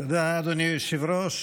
תודה, אדוני היושב-ראש.